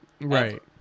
Right